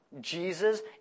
Jesus